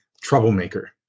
troublemaker